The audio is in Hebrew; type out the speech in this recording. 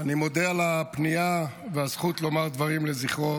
אני מודה על הפנייה והזכות לומר דברים לזכרו